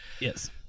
yes